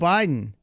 Biden